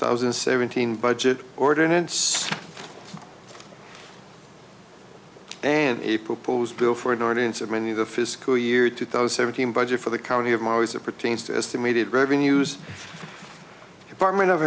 thousand and seventeen budget ordinance and a proposed bill for an audience of many of the fiscal year two thousand seven hundred budget for the county of my always that pertains to estimated revenues department of